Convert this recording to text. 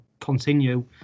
continue